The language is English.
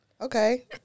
okay